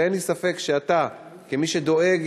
אין לי ספק שאתה, כמי שדואג